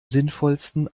sinnvollsten